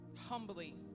humbly